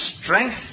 strength